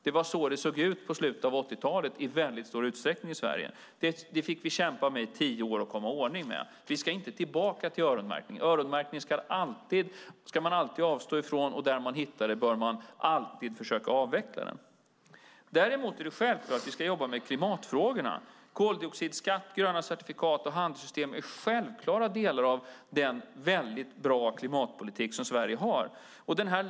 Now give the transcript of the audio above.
Det var så det i stor utsträckning såg ut i slutet av 80-talet i Sverige. Vi fick kämpa i tio år för att komma i ordning med den saken. Vi ska inte tillbaka till öronmärkning. Öronmärkning ska man alltid avstå från, och där man hittar den bör man alltid försöka avveckla den. Däremot är det självklart att vi ska jobba med klimatfrågorna. Koldioxidskatt, gröna certifikat och handelssystem är självklara delar av den goda klimatpolitik som Sverige har.